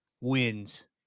wins